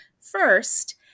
first